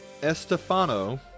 Estefano